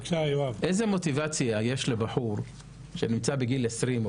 איזו מוטיבציה יש לבחור בגיל 19 או